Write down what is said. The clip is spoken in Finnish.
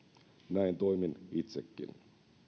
näin toimin itsekin